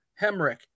Hemrick